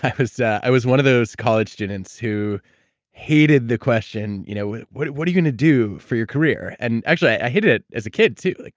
i was yeah i was one of those college students who hated the question, you know what what are you going to do for your career? and actually, i hated it as a kid, too. like